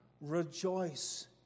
rejoice